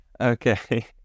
Okay